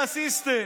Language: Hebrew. זה לא מתאים לסיסטם.